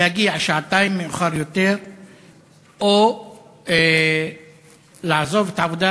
להגיע שעתיים מאוחר יותר או לעזוב את העבודה